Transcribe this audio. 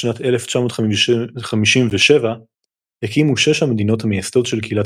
בשנת 1957 הקימו שש המדינות המייסדות של קהילת